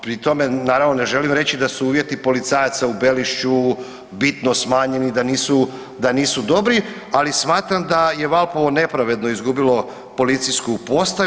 Pri tome naravno ne želim reći da su uvjeti policajaca u Belišću bitno smanjeni, da nisu dobri ali smatram da je Valpovo nepravedno izgubilo policijsku postaju.